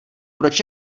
proč